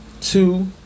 Two